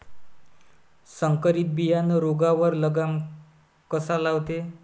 संकरीत बियानं रोगावर लगाम कसा लावते?